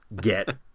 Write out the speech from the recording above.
get